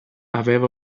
aveva